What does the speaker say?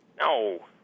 No